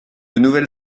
nouvelle